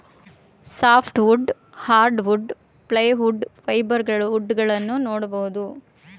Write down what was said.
soft wood, hardwood, plywood, fibre wood ಗಳನ್ನೂ ನೋಡ್ಬೋದು